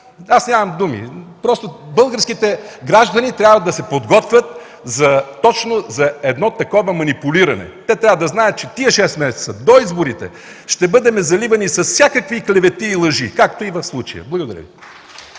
Аз нямам думи! Българските граждани трябва да се подготвят точно за едно такова манипулиране. Те трябва да знаят, че тези 6 месеца до изборите ще бъдем заливани с всякакви клевети и лъжи, както в случая. Благодаря.